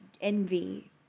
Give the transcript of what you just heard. envy